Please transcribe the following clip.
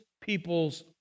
people's